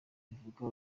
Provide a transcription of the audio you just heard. bivuga